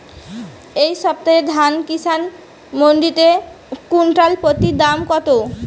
এই সপ্তাহে ধান কিষান মন্ডিতে কুইন্টাল প্রতি দাম কত?